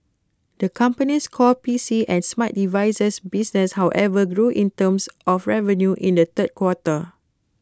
the company's core P C and smart device business however grew in terms of revenue in the third quarter